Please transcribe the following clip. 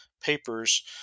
papers